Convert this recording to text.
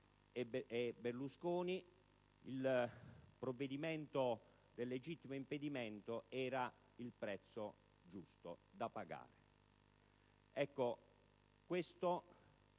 e Berlusconi, il provvedimento sul legittimo impedimento era il prezzo giusto da pagare.